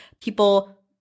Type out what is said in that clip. people